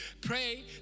pray